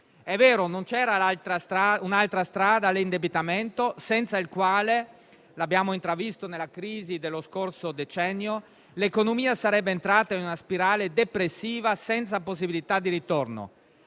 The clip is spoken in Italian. non c'era un'altra strada all'indebitamento, senza il quale - l'abbiamo intravisto nella crisi dello scorso decennio - l'economia sarebbe entrata in una spirale depressiva senza possibilità di ritorno.